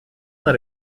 that